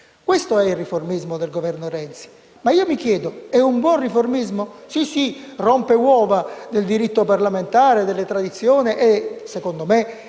Questo è il riformismo del Governo Renzi. Ma io mi chiedo: è un buon riformismo? Certo, rompe le uova del diritto parlamentare, delle tradizioni e, secondo me,